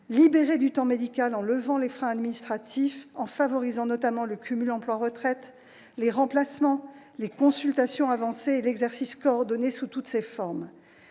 libérer du temps médical en levant les freins administratifs, notamment en favorisant le cumul emploi-retraite, les remplacements, les consultations avancées et l'exercice coordonné sous toutes ses formes.